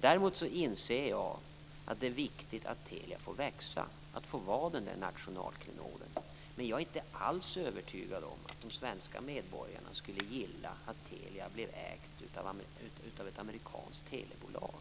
Däremot inser jag att det är viktigt att Telia får växa, att bolaget får vara den där nationalklenoden. Men jag är inte alls övertygad om att de svenska medborgarna skulle gilla att Telia blev ägt av ett amerikanskt telebolag.